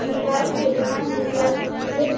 बियाज केतना मिललय से?